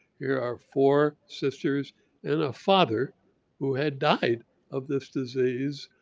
here are four sisters and a father who had died of this disease,